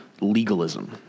legalism